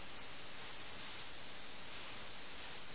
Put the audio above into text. അതിനാൽ "രണ്ട് സുഹൃത്തുക്കളും അവരുടെ അരയിൽ നിന്ന് വാളെടുത്തു